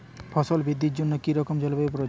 ফসল বৃদ্ধির জন্য কী রকম জলবায়ু প্রয়োজন?